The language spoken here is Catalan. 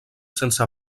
sense